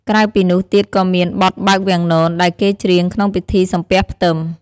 ក្រៅពីនោះទៀតក៏មាន បទបើកវាំងនន ដែលគេច្រៀងក្នុងពិធីសំពះផ្ទឹម។